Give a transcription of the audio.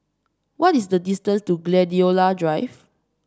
what is the distance to Gladiola Drive